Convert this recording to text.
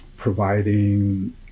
providing